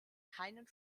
keinen